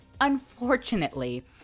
Unfortunately